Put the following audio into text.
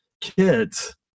kids